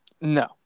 No